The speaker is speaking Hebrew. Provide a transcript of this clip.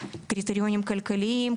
אלא גם קריטריונים כלכליים,